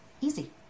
easy